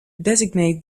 designate